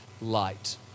light